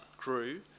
grew